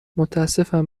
متاسفم